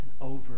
over